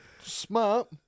Smart